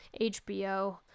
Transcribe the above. HBO